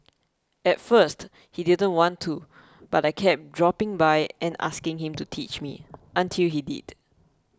at first he didn't want to but I kept dropping by and asking him to teach me until he did